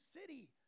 city